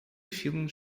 filmes